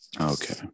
Okay